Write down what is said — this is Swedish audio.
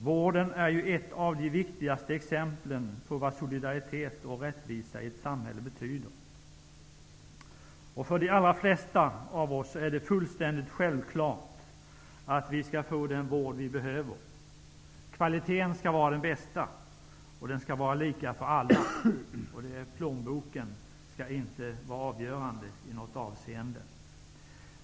Vården är ett av de viktigaste exemplen på betydelsen av solidaritet och rättvisa i ett samhälle. För de allra flesta av oss är det fullständigt självklart att vi skall få den vård som vi behöver. Kvaliteten skall vara den bästa, och den skall vara lika för alla. Plånboken skall inte i något avseende vara avgörande.